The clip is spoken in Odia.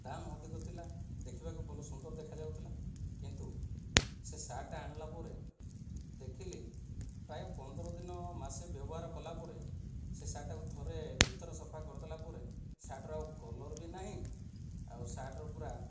ଦାମ ଅଧିକ ଥିଲା ଦେଖିବାକୁ ଭଲ ସୁନ୍ଦର ଦେଖାଯାଉଥିଲା କିନ୍ତୁ ସେ ସାର୍ଟଟା ଆଣିଲା ପରେ ଦେଖିଲି ପ୍ରାୟେ ପନ୍ଦର ଦିନ ମାସେ ବ୍ୟବହାର କଲା ପରେ ସେ ସାର୍ଟଟାକୁ ଥରେ ଦୁଇ ଥର ସଫା କରିଦେଲା ପରେ ସାର୍ଟର ଆଉ କଲର ବି ନାହିଁ ଆଉ ସାର୍ଟର ପୁରା